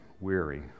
weary